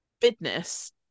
business